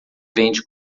vende